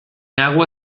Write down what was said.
agua